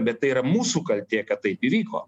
bet tai yra mūsų kaltė kad tai įvyko